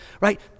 right